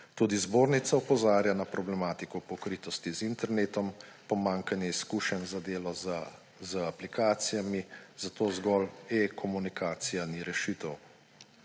Tudi zbornica opozarja na problematiko pokritosti z internetom, pomanjkanje izkušenj za delo z aplikacijami, zato zgolj e-komunikacija ni rešitev.